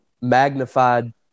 magnified